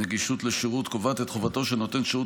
נגישות לשירות) קובעת את חובתו של נותן שירות